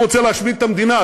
הוא רוצה להשמיד את המדינה.